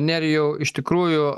nerijau iš tikrųjų